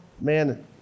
Man